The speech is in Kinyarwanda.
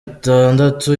itandatu